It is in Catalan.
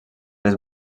les